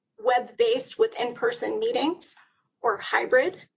web-based with in person meetings or hybrid,